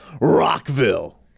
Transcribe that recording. Rockville